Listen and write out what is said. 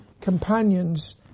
companions